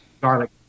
Garlic